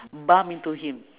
bump into him